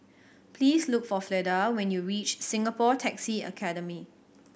please look for Fleda when you reach Singapore Taxi Academy